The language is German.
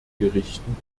gerichten